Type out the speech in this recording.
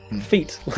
feet